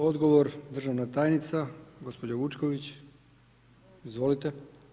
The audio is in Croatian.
Odgovor, državna tajnica gospođa Vučković, izvolite.